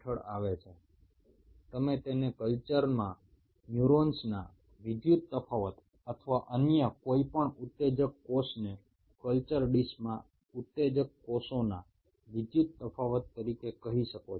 অন্যভাবে একে বলা যেতে পারে একটা কালচার ডিসে নিউরোনের বা যে কোনো উত্তেজনক্ষম কোষের ইলেকট্রিক্যাল ডিফারেন্সিয়েশন